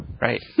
right